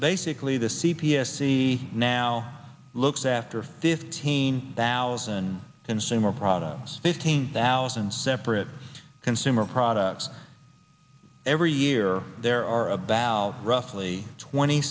basically the c p s see now looks after fifteen thousand consumer products fifteen thousand separate consumer products every year there are about roughly twenty